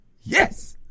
Yes